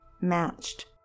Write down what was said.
matched